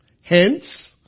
Hence